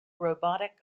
robotic